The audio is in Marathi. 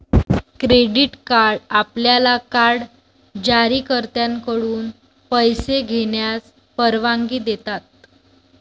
क्रेडिट कार्ड आपल्याला कार्ड जारीकर्त्याकडून पैसे घेण्यास परवानगी देतात